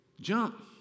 Jump